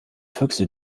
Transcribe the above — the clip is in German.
füchse